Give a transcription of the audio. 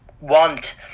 want